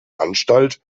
anstalt